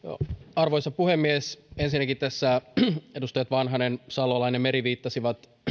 arvoisa puhemies ensinnäkin edustajat vanhanen salolainen ja meri viittasivat